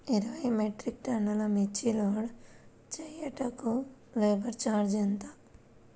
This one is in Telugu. ఇరవై మెట్రిక్ టన్నులు మిర్చి లోడ్ చేయుటకు లేబర్ ఛార్జ్ ఎంత?